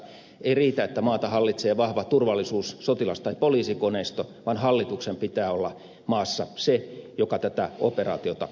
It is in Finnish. ei riitä että maata hallitsee vahva turvallisuus sotilas tai poliisikoneisto vaan hallituksen pitää olla maassa se joka tätä operaatiota johtaa